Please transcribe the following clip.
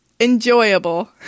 enjoyable